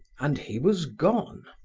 and he was gone.